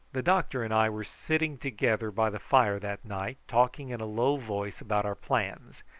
the doctor and i were sitting together by the fire that night, talking in a low voice about our plans,